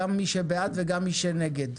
גם מי שבעד וגם מי שנגד.